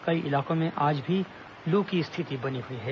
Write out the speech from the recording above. कई इलाकों में आज भी लू की स्थिति बनी हुई है